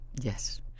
Yes